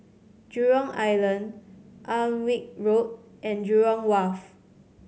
Jurong Island Alnwick Road and Jurong Wharf